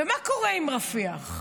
ומה קורה עם רפיח?